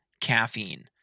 caffeine